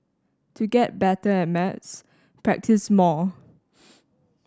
to get better at maths practise more